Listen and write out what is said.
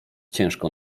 ciężko